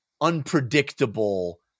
unpredictable